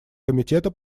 комитета